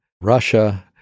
Russia